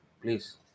Please